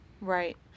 Right